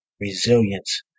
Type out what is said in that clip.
resilience